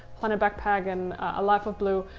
planet backpack and a life of blue.